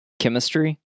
chemistry